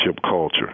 culture